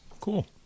cool